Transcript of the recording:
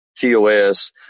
TOS